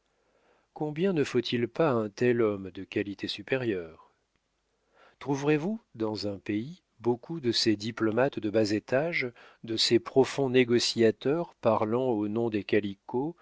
combien ne faut-il pas à un tel homme de qualités supérieures trouverez-vous dans un pays beaucoup de ces diplomates de bas étage de ces profonds négociateurs parlant au nom des calicots